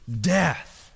death